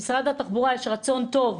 במשרד התחבורה יש רצון טוב,